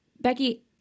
Becky